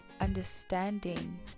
understanding